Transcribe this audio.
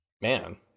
Man